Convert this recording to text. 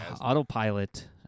autopilot